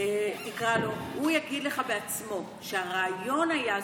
והוא יגיד לך בעצמו שהרעיון היה,